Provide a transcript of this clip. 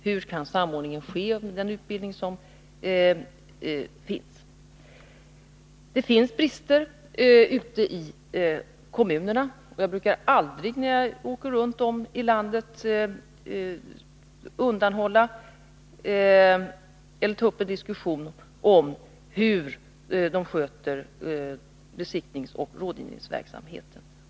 Hur kan samordning ske för den utbildning som finns? Det finns, som sagt, brister ute i kommunerna. Jag brukar alltid när jag åker runt i landet ta upp en diskussion om hur man sköter besiktningsoch rådgivningsverksamheten.